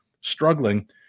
struggling